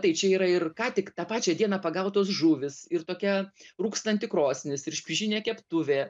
tai čia yra ir ką tik tą pačią dieną pagautos žuvys ir tokia rūkstanti krosnis ir špižinė keptuvė